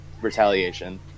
retaliation